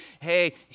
hey